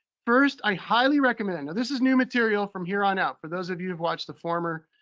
first, i highly recommend, now this is new material from here on out, for those of you who've watched the former